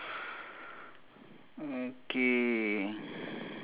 three four five